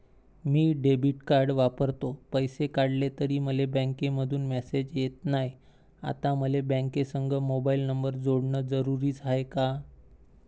मी debit card वापरतो, पैसे काढले तरी मले बँकेमंधून मेसेज येत नाय, आता मले बँकेसंग मोबाईल नंबर जोडन जरुरीच हाय का?